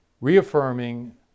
reaffirming